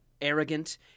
arrogant